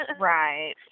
right